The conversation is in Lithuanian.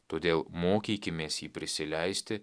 todėl mokykimės jį prisileisti